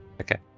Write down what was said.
Okay